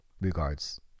Regards